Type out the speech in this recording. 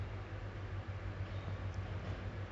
you prefer to get married right now right